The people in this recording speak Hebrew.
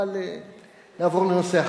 אבל נעבור לנושא אחר.